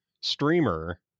streamer